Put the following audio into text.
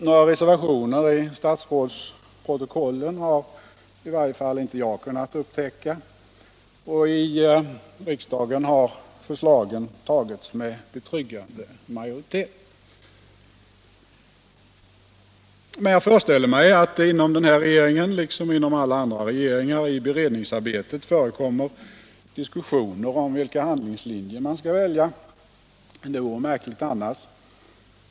Några reservationer i statsrådsprotokollen har i varje fall inte jag kunnat upptäcka. Och i riksdagen har förslagen antagits med betryggande majoriteter. Men jag föreställer mig att det inom den här regeringen, liksom alla andra regeringar, i beredningsarbetet förekommer diskussioner om vilka handlingslinjer man skall välja — det vore märkligt annars.